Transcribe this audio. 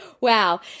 Wow